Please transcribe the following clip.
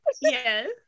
Yes